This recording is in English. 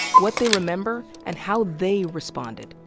what they remember and how they responded,